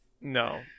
No